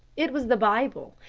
it was the bible,